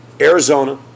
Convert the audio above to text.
Arizona